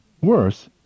Worse